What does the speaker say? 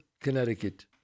Connecticut